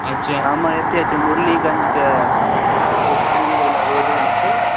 अच्छा हमर एत्तै छै मुरलीगंजके आ दुर्गामन्दिरबला रोडेमे छै